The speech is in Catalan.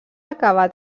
acabar